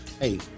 hey